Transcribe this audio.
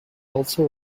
also